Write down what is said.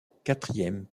quatrième